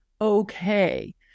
okay